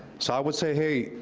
so i would say, hey,